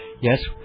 Yes